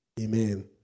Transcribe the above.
Amen